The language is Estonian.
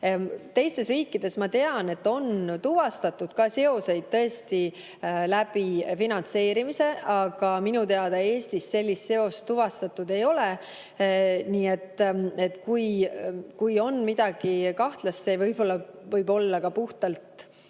Teistes riikides, ma tean, on tuvastatud ka seoseid tõesti finantseerimise kaudu, aga minu teada Eestis sellist seost tuvastatud ei ole. Nii et kui on midagi kahtlast, siis see võib olla puhtalt